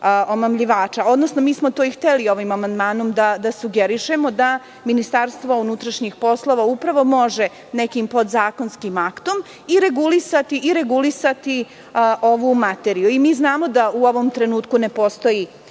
odnosno mi smo to i hteli i ovim amandmanom da sugerišemo, da Ministarstvo unutrašnjih poslova upravo može nekim podzakonskim aktom i regulisati ovu materiju. Mi znamo da u ovom trenutku ne postoji